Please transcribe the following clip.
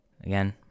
Again